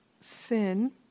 sin